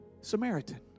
Samaritan